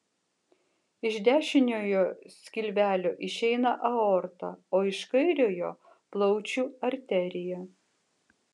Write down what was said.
iš dešiniojo skilvelio išeina aorta o iš kairiojo plaučių arterija